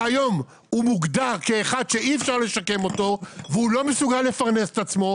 והיום הוא מוגדר כאחד שאי-אפשר לשקם אותו והוא לא מסוגל לפרנס את עצמו,